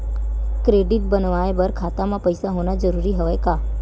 Credit बनवाय बर खाता म पईसा होना जरूरी हवय का?